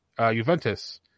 Juventus